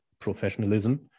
professionalism